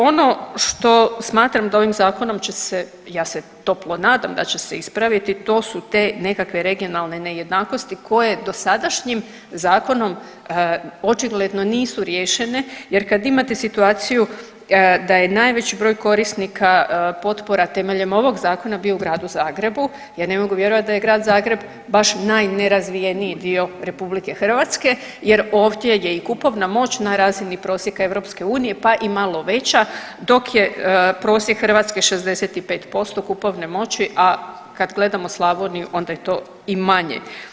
Ono što smatram da ovim Zakonom će se, ja se toplo nadam da će se ispraviti, to su te nekakve regionalne nejednakosti koje dosadašnjim zakonom očigledno nisu riješene jer kad imate situaciju da je najveći broj korisnika potpora temeljem ovog Zakona bio u Gradu Zagrebu, ja ne mogu vjerovati da je Grad Zagreb naš najnerazvijeniji dio RH jer ovdje je i kupovna moć na razini prosjeka EU pa i malo veća, dok je prosjek Hrvatske 65% kupovne moći, a kad gledamo Slavoniju, onda je to i manje.